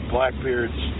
Blackbeard's